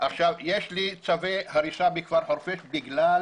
יש לי צווי הריסה בכפר חורפיש בגלל